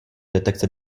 detekce